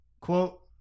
quote